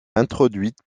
introduite